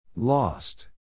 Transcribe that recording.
Lost